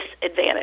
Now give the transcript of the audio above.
Disadvantage